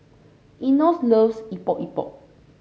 Enos loves Epok Epok